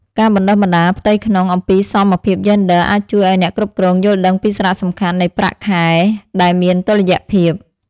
ការបណ្តុះបណ្តាលផ្ទៃក្នុងអំពីសមភាពយេនឌ័រអាចជួយឱ្យអ្នកគ្រប់គ្រងយល់ដឹងពីសារៈសំខាន់នៃប្រាក់ខែដែលមានតុល្យភាព។